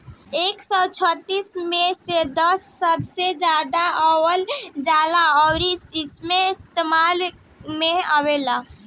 एक सौ छत्तीस मे से दस सबसे जादा उगावल जाला अउरी इस्तेमाल मे आवेला